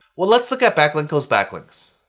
well, let's look at backlinko's backlinks.